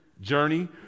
journey